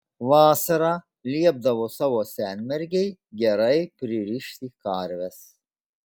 vasarą liepdavo savo senmergei gerai pririšti karves